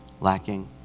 lacking